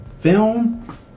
film